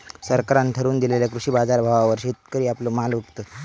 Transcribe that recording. सरकारान ठरवून दिलेल्या कृषी बाजारभावावर शेतकरी आपलो माल विकतत